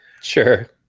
Sure